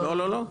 לא, לא.